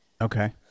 Okay